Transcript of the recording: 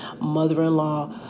mother-in-law